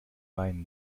weinen